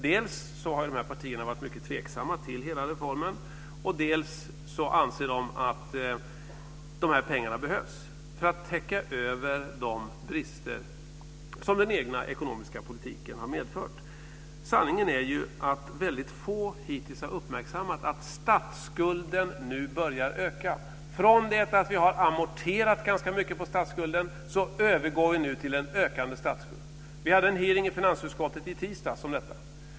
Dels har partierna varit mycket tveksamma till hela reformen, dels anser de att pengarna behövs för att täcka de brister som den egna ekonomiska politiken har medfört. Sanningen är ju att väldigt få hittills har uppmärksammat att statsskulden nu börjar öka. Från det att vi har amorterat ganska mycket på statsskulden övergår vi nu till en ökande statsskuld. Vi hade en hearing i finansutskottet i tisdags om detta.